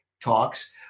Talks